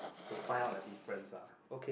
to find out the difference lah